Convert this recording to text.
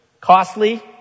costly